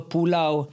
Pulau